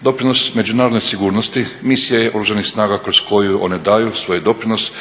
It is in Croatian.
Doprinos međunarodnoj sigurnosti misija je Oružanih snaga kroz koju one daju svoj doprinos